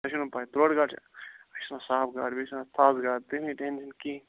تۄہہِ چھو نہ پاے تروٹ گاڈٕ چھِ اسہِ چھ آسان صاف گاڈٕ بیٚیہِ چھ خاص گاڈٕ تُہۍ مہٕ ہیٚیِو ٹٮ۪نشَن کِہیٖنۍ